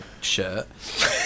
shirt